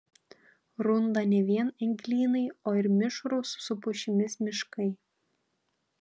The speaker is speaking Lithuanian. runda ne vien eglynai o ir mišrūs su pušimis miškai